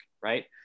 right